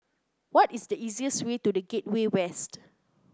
what is the easiest way to The Gateway West